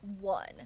one